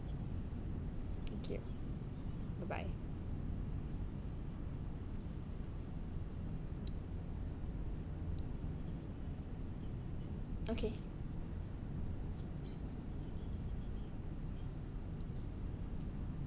thank you bye bye okay